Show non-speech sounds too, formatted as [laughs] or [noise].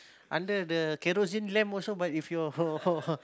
under the kerosene lamp also but if your your [laughs]